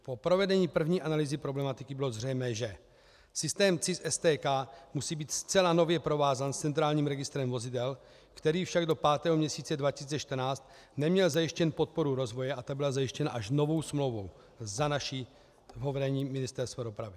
Po provedení první analýzy problematiky bylo zřejmé, že systém CIS STK musí být zcela nově provázán s centrálním registrem vozidel, který však do pátého měsíce 2014 neměl zajištěnu podporu rozvoje, a ta byla zajištěna až novou smlouvou za našeho vedení Ministerstva dopravy.